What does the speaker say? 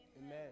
Amen